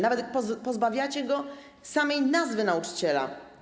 Nawet pozbawiacie go samej nazwy nauczyciela.